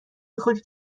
میخوری